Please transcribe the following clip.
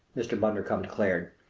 mr. bundercombe declared.